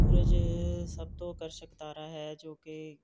ਸੂਰਜ ਸਭ ਤੋਂ ਆਕਰਸ਼ਕ ਤਾਰਾ ਹੈ ਜੋ ਕਿ